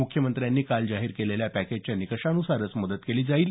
मुख्यमंत्र्यांनी काल जाहीर केलेल्या पॅकेजच्या निकषान्सारच मदत केली जाईल